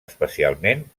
especialment